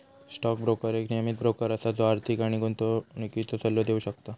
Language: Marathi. स्टॉक ब्रोकर एक नियमीत ब्रोकर असा जो आर्थिक आणि गुंतवणुकीचो सल्लो देव शकता